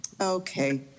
Okay